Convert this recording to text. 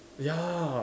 ya